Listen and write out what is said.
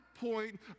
point